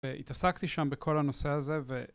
והתעסקתי שם בכל הנושא הזה ו...